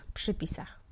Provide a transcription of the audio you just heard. przypisach